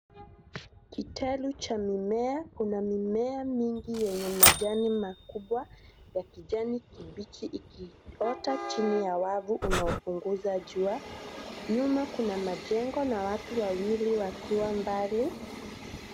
Kitalu cha mimea. Kuna mimea mingi yenye majani makubwa ya kijani kibichi ikiota chini ya wavu unaopunguza jua. Nyuma kuna majengo na watu wawili wakiwa mbali.